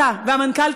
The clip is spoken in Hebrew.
אתה והמנכ"ל,